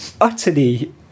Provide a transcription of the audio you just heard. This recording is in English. utterly